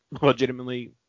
legitimately